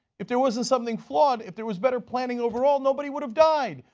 if there wasn't something claude, if there was better planning overall, nobody would have died.